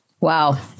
Wow